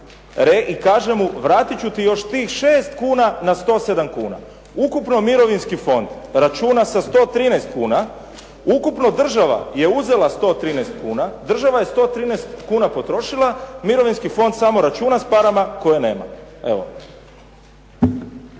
i kaže vratit ću ti još tih 6 kuna na 107 kuna. Ukupno mirovinski fond računa se 113 kuna, ukupno država je uzela 113 kuna, država je 113 kuna potrošila, mirovinski fond samo računa s parama koje nema. Evo.